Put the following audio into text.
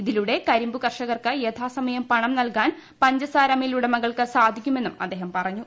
ഇതിലൂടെ കരിമ്പു കർഷകർക്ക് യഥാസമയം പണം നൽകാൻ പഞ്ചസാര മിൽ ഉടമകൾക്ക് സാധിക്കു മെന്നും അദ്ദേഹം പറഞ്ഞു